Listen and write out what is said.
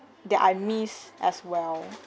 that I miss as well